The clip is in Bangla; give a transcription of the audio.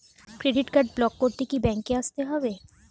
ক্রেডিট কার্ড ব্লক করতে কি ব্যাংকে আসতে হবে?